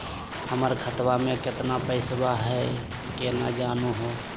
हमर खतवा मे केतना पैसवा हई, केना जानहु हो?